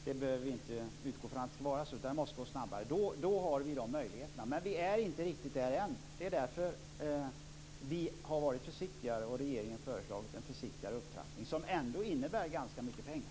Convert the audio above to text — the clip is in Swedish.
Vi behöver inte utgå från att det tar så lång tid, utan det måste gå snabbare. Då har vi de möjligheterna. Men vi är inte riktigt där än. Det är därför regeringen har föreslagit en försiktigare upptrappning, som ändå innebär ganska mycket pengar.